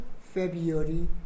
February